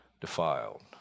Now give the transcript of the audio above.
defiled